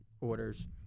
orders